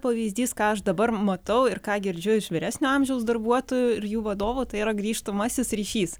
pavyzdys ką aš dabar matau ir ką girdžiu iš vyresnio amžiaus darbuotojų ir jų vadovų tai yra grįžtamasis ryšys